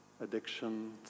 addiction